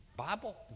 Bible